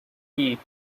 heat